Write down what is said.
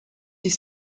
des